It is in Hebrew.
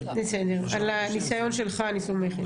בסדר, על הניסיון שלך אני סומכת.